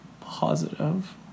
positive